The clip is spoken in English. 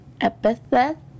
epithet